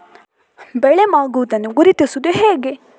ಬೆಳೆ ಮಾಗುವುದನ್ನು ಗುರುತಿಸುವುದು ಹೇಗೆ?